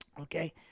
okay